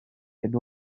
hyn